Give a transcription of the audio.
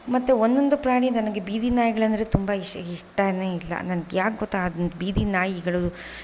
ಮತ್ತು ಒಂದೊಂದು ಪ್ರಾಣಿ ನನಗೆ ಬೀದಿ ನಾಯಿಗಳು ಅಂದರೆ ತುಂಬ ಇಶ್ ಇಷ್ಟನೇ ಇಲ್ಲ ನನಗೆ ಯಾಕೆ ಗೊತ್ತಾ ಅದು ಬೀದಿ ನಾಯಿಗಳು